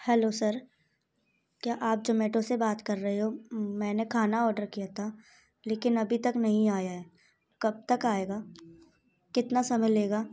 hello sir क्या आप Zomato से बात कर रहे हो मैंने खाना ऑर्डर किया था लेकिन अभी तक नहीं आया है कब तक आएगा कितना समय लेगा